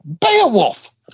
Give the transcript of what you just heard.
Beowulf